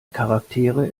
charaktere